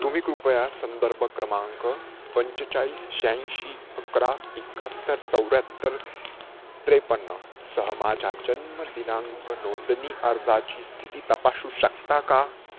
तुम्ही कृपया संदर्भ क्रमांक पंचेचाळीस शहाऐंशी अकरा एकाहत्तर चौऱ्याहत्तर त्रेपन्न सह माझ्या जन्मदिनांक नोंदणी अर्जाची स्थिती तपासू शकता का